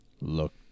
Look